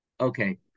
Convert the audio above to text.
Okay